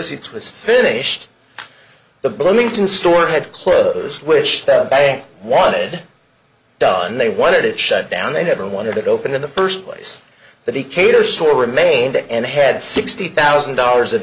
associates was finished the bloomington store had closed which the bank wanted done they wanted it shut down they never wanted it opened in the first place but he cater short remained and had sixty thousand dollars of